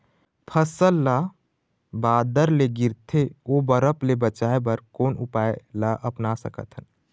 फसल ला बादर ले गिरथे ओ बरफ ले बचाए बर कोन उपाय ला अपना सकथन?